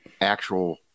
actual